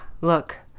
look